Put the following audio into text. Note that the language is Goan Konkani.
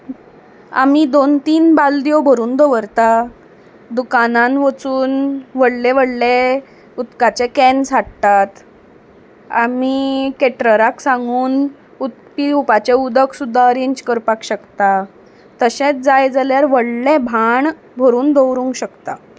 आमी दोन तीन बालद्यो भरून दवरता दुकानान वचून व्हडले व्हडले उदकाचे कॅन्स हाडटात आमी केटरराक सांगून उदक पिवपाचें उदक सुद्दा अरेंज करपाक शकता तशेंच जाय जाल्यार व्हडलें भाण भरून दवरूंक शकता